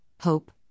hope